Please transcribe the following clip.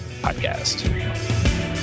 Podcast